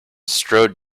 strode